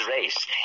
race